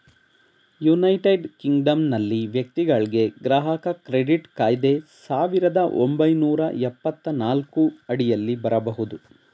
United ಕಿಂಗ್ಡಮ್ನಲ್ಲಿ ವ್ಯಕ್ತಿಗಳ್ಗೆ ಗ್ರಾಹಕ ಕ್ರೆಡಿಟ್ ಕಾಯ್ದೆ ಸಾವಿರದ ಒಂಬೈನೂರ ಎಪ್ಪತ್ತನಾಲ್ಕು ಅಡಿಯಲ್ಲಿ ಬರಬಹುದು